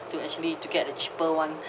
to actually to get the cheaper one